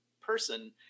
person